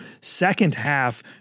second-half